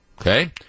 Okay